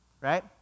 right